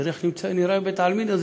תראה איך נראה בית-העלמין הזה,